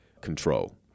control